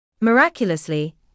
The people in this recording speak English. Miraculously